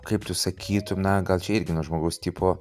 kaip tu sakytum na gal čia irgi nuo žmogaus tipo